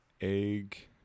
egg